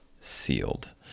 sealed